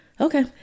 Okay